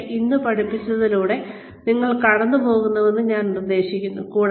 പക്ഷേ ഇന്ന് പഠിപ്പിച്ചതിലൂടെ നിങ്ങൾ കടന്നുപോകണമെന്ന് ഞാൻ നിർദ്ദേശിക്കുന്നു